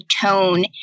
tone